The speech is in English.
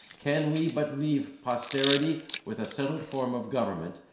can we but leave posterity with a settled form of government,